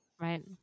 Right